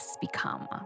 become